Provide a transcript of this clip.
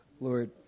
Lord